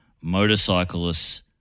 motorcyclists